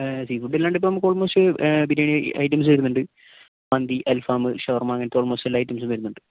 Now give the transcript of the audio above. sea food അല്ലാണ്ട് ഇപ്പോൾ നമുക്ക് ഓൽമോസ്റ്റ് ബിരിയാണി ഐറ്റംസ് വരുന്നുണ്ട് മന്തി അൽഫാം ഷവർമ്മ അങ്ങനത്തെ ഓൽമോസ്റ്റ് എല്ലാ ഐറ്റംസും വരുന്നുണ്ട്